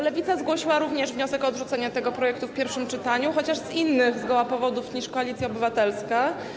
Lewica również zgłosiła wniosek o odrzucenie tego projektu w pierwszym czytaniu, chociaż z innych zgoła powodów niż Koalicja Obywatelska.